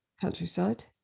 Countryside